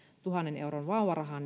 tuhannen euron vauvarahan